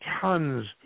tons